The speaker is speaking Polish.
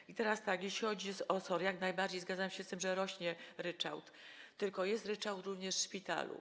I teraz tak: jeśli chodzi o SOR, jak najbardziej zgadzam się z tym, że rośnie ryczałt, tylko jest ryczałt również w szpitalu.